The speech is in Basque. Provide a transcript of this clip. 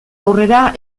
aurrera